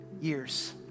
years